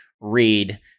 read